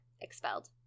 expelled